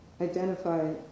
identify